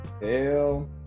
Hell